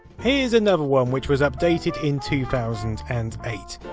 here's another one which was updated in two thousand and eight.